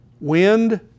Wind